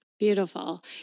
Beautiful